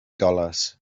dollars